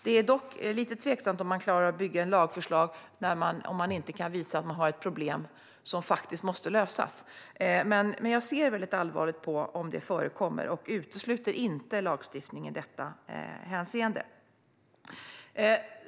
Det är dock lite tveksamt om man klarar att bygga ett lagförslag om man inte kan visa att man har ett problem som faktiskt måste lösas. Men jag ser allvarligt på om det förekommer och utesluter inte lagstiftning i detta hänseende.